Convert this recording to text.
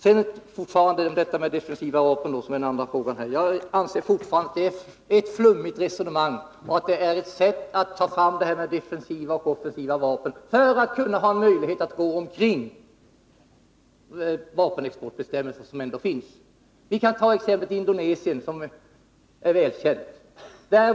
Beträffande defensiva vapen anser jag fortfarande att resonemanget är flummigt. Att ta fram detta med defensiva och offensiva vapen är ett sätt att kringgå vapenexportbestämmelser, som ändå finns. Jag kan ta exemplet Indonesien, som är välkänt.